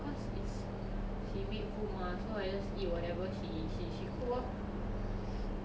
hmm then favourite makanan like masakan dia what for you